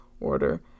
order